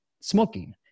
smoking